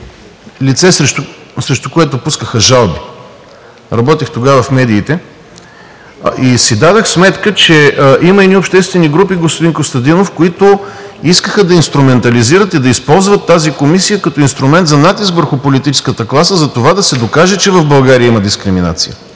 лице, срещу което пускаха жалби – тогава работех в медиите. Дадох си сметка, че има едни обществени групи, господин Костадинов, които искаха да инструментализират и да използват тази комисия като инструмент за натиск върху политическата класа – за това, да се докаже, че в България има дискриминация.